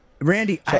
Randy